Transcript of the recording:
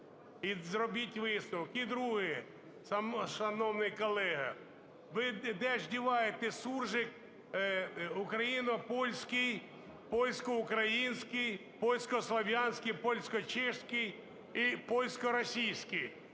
І друге. Шановний колего, ви де ж діваєте суржик українсько-польський, польсько-український, польсько-слов'янський, польсько-чеський і польсько-російський?